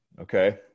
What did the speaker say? Okay